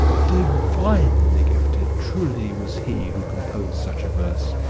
divinely gifted truly was he who composed such a verse!